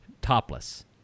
topless